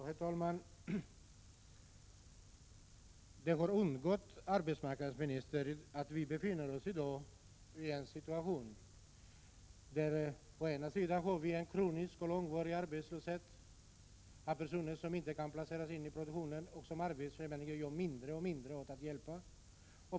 Herr talman! Det har undgått arbetsmarknadsministern att vi i dag befinner oss i en situation där vi å ena sidan har en kronisk och långvarig arbetslöshet. Det finns personer som inte kan placeras in i produktionen och som arbetsförmedlingen gör mindre och mindre för att hjälpa.